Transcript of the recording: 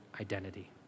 identity